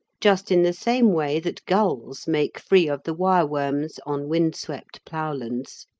just in the same way that gulls make free of the wireworms on windswept ploughlands,